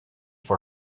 for